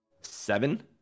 Seven